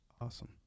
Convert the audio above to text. awesome